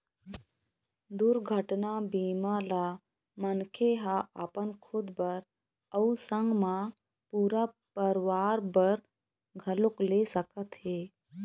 दुरघटना बीमा ल मनखे ह अपन खुद बर अउ संग मा पूरा परवार बर घलोक ले सकत हे